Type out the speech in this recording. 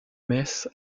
metz